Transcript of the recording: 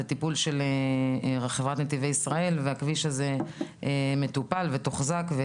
לטיפול של חברת נתיבי ישראל והכביש הזה מטופל ותחוזק.